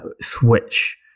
switch